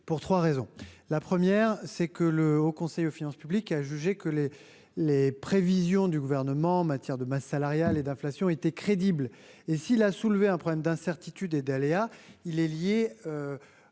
pour 3 raisons: la première, c'est que le Haut conseil aux finances publiques, il a jugé que les les prévisions du gouvernement en matière de masse salariale et d'inflation était crédible et s'il a soulevé un problème d'incertitude et d'aléas, il est lié